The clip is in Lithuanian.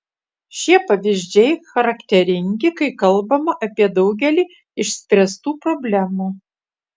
šie pavyzdžiai charakteringi kai kalbama apie daugelį išspręstų problemų